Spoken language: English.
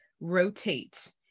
rotate